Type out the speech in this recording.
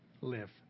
live